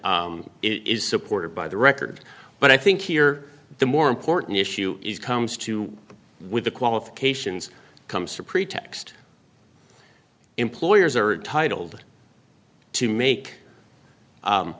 it is supported by the record but i think here the more important issue is comes to with the qualifications comes to pretext employers are titled to make